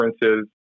differences